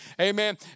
amen